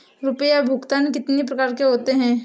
रुपया भुगतान कितनी प्रकार के होते हैं?